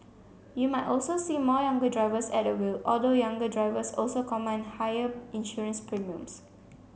you might also see more younger drivers at the wheel although younger drivers also command higher insurance premiums